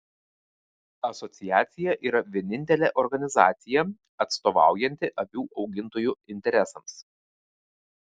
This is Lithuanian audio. asociacija yra vienintelė organizacija atstovaujanti avių augintojų interesams